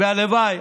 הלוואי,